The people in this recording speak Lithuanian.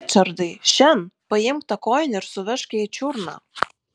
ričardai šen paimk tą kojinę ir suveržk jai čiurną